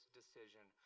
decision